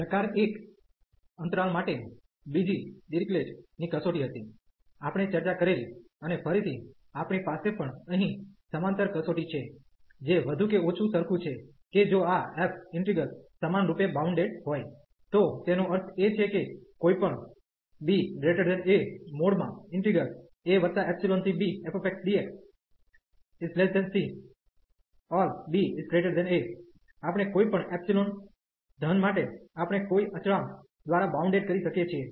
પ્રકાર 1 અંતરાલ માટે બીજી ડિરીક્લેટDirichlet's ની કસોટી હતી આપણે ચર્ચા કરેલી અને ફરીથી આપણી પાસે પણ અહીં સમાંતર કસોટી છે જે વધુ કે ઓછું સરખું છે કે જો આ f ઇન્ટિગ્રલ સમાનરૂપે બાઉન્ડેડ હોય તો તેનો અર્થ એ છે કે કોઈપણ ba abfxdxC∀ba આપણે કોઈ પણ એપ્સીલોન ધન માટે આપણે કોઈ અચળાંક દ્વાર બાઉન્ડેડ કરી શકીએ છીએ